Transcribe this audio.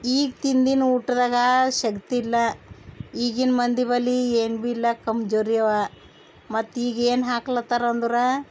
ಈಗ ತಿಂದಿನ ಊಟದಾಗ ಶಕ್ತಿ ಇಲ್ಲ ಈಗಿನ ಮಂದಿ ಬಳಿ ಏನು ಭೀ ಇಲ್ಲ ಕಂಜೋರಿಯವ ಮತ್ತು ಈಗೇನು ಹಾಕ್ಲತರ ಅಂದ್ರೆ